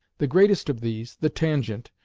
the greatest of these, the tangent,